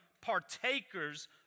partakers